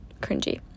cringy